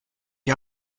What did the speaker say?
ihr